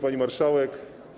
Pani Marszałek!